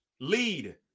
Lead